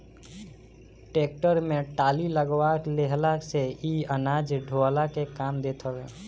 tractor में trolley लगवा लेहला से इ अनाज ढोअला के काम देत हवे